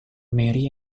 mary